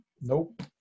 Nope